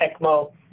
ECMO